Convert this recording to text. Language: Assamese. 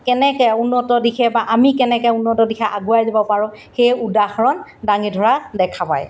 কেনেকৈ উন্নত দিশে বা আমি কেনেকৈ উন্নত দিশে আগুৱাই যাব পাৰোঁ সেই উদাহৰণ দাঙি ধৰা দেখা পায়